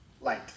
light